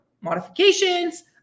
modifications